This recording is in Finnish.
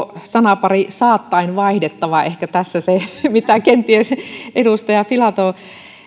sanapari saattaen vaihdettava ehkä tässä se mitä kenties edustaja filatov